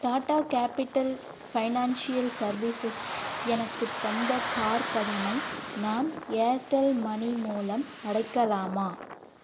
tata Capital Financial Services எனக்குத் தந்த car கடனை நான் ஏர்டெல் மணி மூலம் அடைக்கலாமா